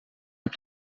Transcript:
heb